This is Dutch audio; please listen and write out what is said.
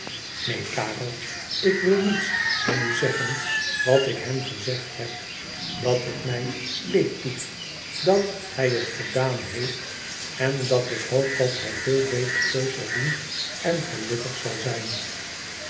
neen karel ik wil niets dan u zeggen wat ik hem gezegd heb dat het mij leed doet dat hij het gedaan heeft en dat ik hoop dat hij veel beter keus zal doen en gelukkig zal zijn